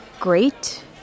great